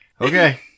Okay